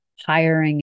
hiring